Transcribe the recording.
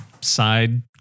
side